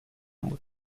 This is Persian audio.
بود